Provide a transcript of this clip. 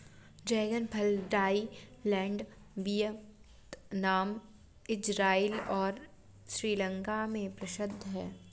dragon फल Thailand, Vietnam, Israel और श्रीलंका में प्रसिद्ध है